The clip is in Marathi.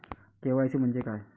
के.वाय.सी म्हंजे काय?